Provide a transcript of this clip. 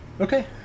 Okay